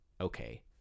Okay